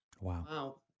Wow